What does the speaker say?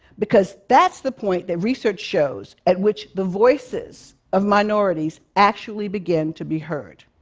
because that's the point that research shows at which the voices of minorities actually begin to be heard.